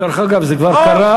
דרך אגב, זה כבר קרה.